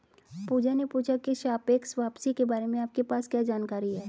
पूजा ने पूछा की सापेक्ष वापसी के बारे में आपके पास क्या जानकारी है?